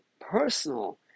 personal